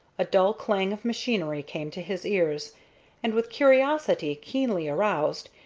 a dull clang of machinery came to his ears and, with curiosity keenly aroused,